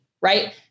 Right